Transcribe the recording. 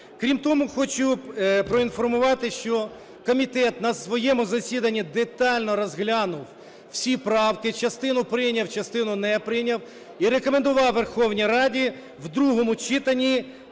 Крім того, хочу проінформувати, що комітет на своєму засіданні детально розглянув всі правки, частину прийняв, частину не прийняв, і рекомендував Верховній Раді в другому читанні